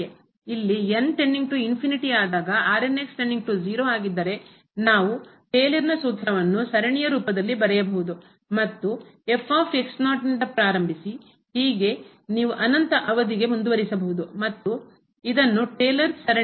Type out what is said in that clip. ಇಲ್ಲಿ ಆದಾಗ ಆಗಿದ್ದರೆ ನಾವು ಟೇಲರ್ನ ಸೂತ್ರವನ್ನು ಸರಣಿಯ ರೂಪದಲ್ಲಿ ಬರೆಯಬಹುದು ಮತ್ತು ನಿಂದ ಪ್ರಾರಂಭಿಸಿ ಹೀಗೆ ನೀವು ಅನಂತ ಅವಧಿಗೆ ಮುಂದುವರಿಯಬಹುದು ಮತ್ತು ಇದನ್ನು ಟೇಲರ್ ಸರಣಿ ಎಂದು ಕರೆಯಲಾಗುತ್ತದೆ